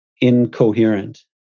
incoherent